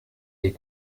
des